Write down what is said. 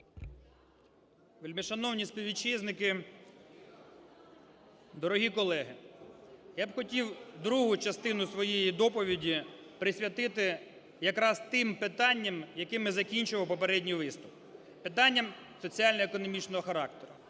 Вельмишановні співвітчизники! Дорогі колеги! Я б хотів другу частину своєї доповіді присвятити якраз тим питанням, якими закінчував попередній виступ, питанням соціально-економічного характеру.